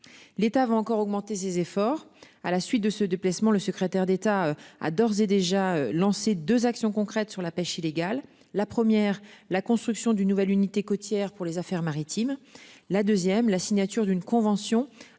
L'État va encore augmenter ses efforts à la suite de ce déplacement, le secrétaire d'État a d'ores et déjà lancé 2 actions concrètes sur la pêche illégale la première la construction d'une nouvelle unité côtière pour les Affaires maritimes la deuxième la signature d'une convention